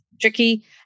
tricky